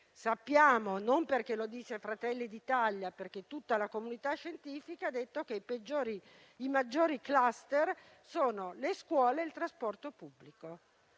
Sappiamo, non perché lo dice Fratelli d'Italia, ma perché lo dice tutta la comunità scientifica, che i maggiori *cluster* sono nelle scuole e sul trasporto pubblico.